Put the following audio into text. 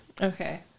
Okay